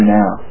now